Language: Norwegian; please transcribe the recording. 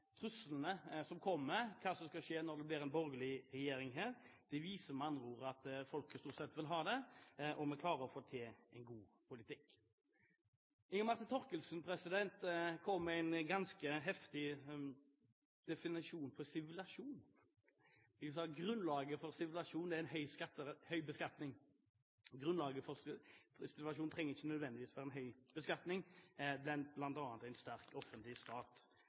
truslene som kommer – hva som skal skje når det blir en borgerlig regjering her. De viser med andre ord at folket stort sett vil ha det, og vi klarer å få til en god politikk. Inga Marte Thorkildsen kom med en ganske heftig definisjon på sivilisasjon. Hun sa at grunnlaget for sivilisasjon er en høy beskatning. Grunnlaget for sivilisasjon trenger ikke nødvendigvis være en høy beskatning, men bl.a. en sterk offentlig stat.